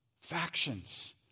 Factions